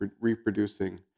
reproducing